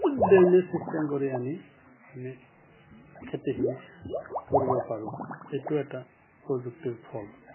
drainage system কৰি আনি আমি খেতিখিনি কৰিব পাৰোঁ এইটো এটা প্ৰযুক্তিৰ ফল